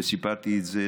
וסיפרתי את זה